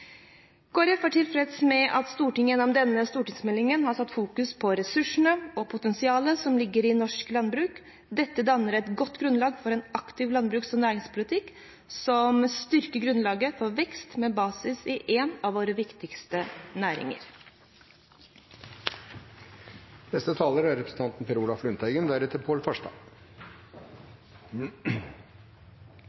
er tilfreds med at Stortinget gjennom denne stortingsmeldingen har satt fokus på ressursene og potensialet som ligger i norsk landbruk. Dette danner et godt grunnlag for en aktiv landbruks- og næringspolitikk, som styrker grunnlaget for vekst med basis i en av våre viktigste næringer. En gård er